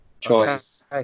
choice